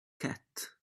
cat